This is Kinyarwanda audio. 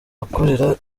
wakorera